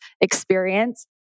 experience